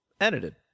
Edited